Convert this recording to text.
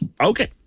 Okay